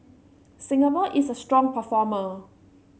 Singapore is a strong performer